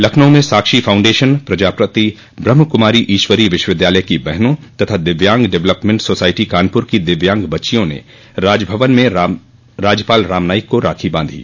लखनऊ में साक्षी फाउंडेशन प्रजापिता ब्रम्हकुमारी ईश्वरीय विश्वविद्यालय की बहनों तथा दिव्यांग डेवलेपमेंट सोसाइटी कानपुर की दिव्यांग बच्चियों ने राजभवन में राज्यपाल रामनाइक को राखी बांधी